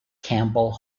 campbell